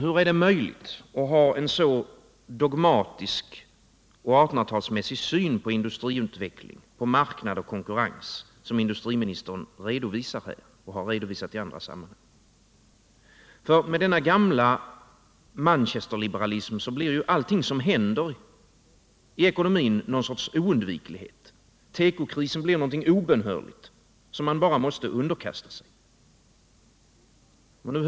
Hur är det möjligt att ha en så dogmatisk och 1800-talsmässig syn på industriutveckling, marknad och konkurrens som den industriministern redovisar här och har redovisat i andra sammanhang? Med denna gamla manchesterliberalism blir ju allting som händer i ekonomin någon sorts oundviklighet. Tekokrisen blir någonting obönhörligt som man bara måste underkasta sig.